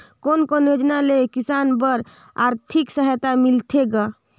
कोन कोन योजना ले किसान बर आरथिक सहायता मिलथे ग?